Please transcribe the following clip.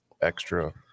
extra